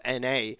NA